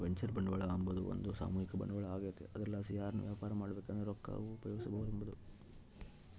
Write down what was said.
venture ಬಂಡವಾಳ ಅಂಬಾದು ಒಂದು ಸಾಮೂಹಿಕ ಬಂಡವಾಳ ಆಗೆತೆ ಅದರ್ಲಾಸಿ ಯಾರನ ವ್ಯಾಪಾರ ಮಾಡ್ಬಕಂದ್ರ ರೊಕ್ಕ ಉಪಯೋಗಿಸೆಂಬಹುದು